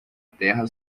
terra